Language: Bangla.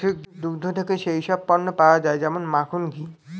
পশুর দুগ্ধ থেকে যেই সব পণ্য পাওয়া যায় যেমন মাখন, ঘি